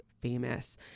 famous